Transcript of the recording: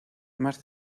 más